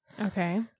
Okay